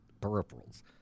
peripherals